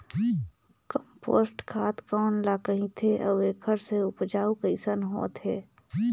Compost खाद कौन ल कहिथे अउ एखर से उपजाऊ कैसन होत हे?